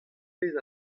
pezh